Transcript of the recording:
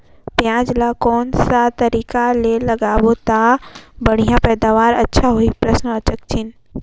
पियाज ला कोन सा तरीका ले लगाबो ता बढ़िया पैदावार अच्छा होही?